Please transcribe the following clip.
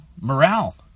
morale